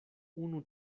unu